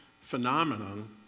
phenomenon